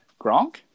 Gronk